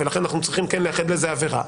ולכן אנחנו כן צריכים לייחד לזה עבירה,